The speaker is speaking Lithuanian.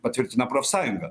patvirtina profsąjunga